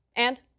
and?